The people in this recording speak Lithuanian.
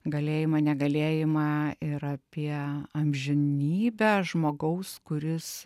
galėjimą negalėjimą ir apie amžinybę žmogaus kuris